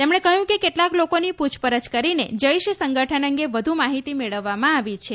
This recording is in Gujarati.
તેમણે કહ્યું કે કેટલાક લોકોની પુછપરછ કરીને જેશ સંગઠન અંગે વધુ મહિતી મેળવવામાં આવી છે